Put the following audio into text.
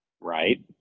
Right